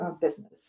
business